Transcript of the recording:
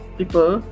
people